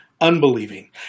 unbelieving